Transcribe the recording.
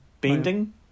bending